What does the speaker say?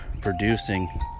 producing